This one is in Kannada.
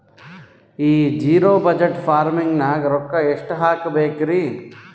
ಈ ಜಿರೊ ಬಜಟ್ ಫಾರ್ಮಿಂಗ್ ನಾಗ್ ರೊಕ್ಕ ಎಷ್ಟು ಹಾಕಬೇಕರಿ?